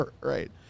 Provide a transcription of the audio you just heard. Right